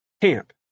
camp